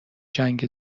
جنگ